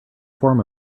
form